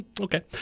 okay